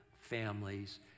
families